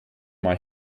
mal